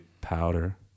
Powder